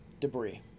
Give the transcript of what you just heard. debris